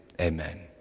amen